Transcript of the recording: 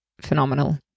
phenomenal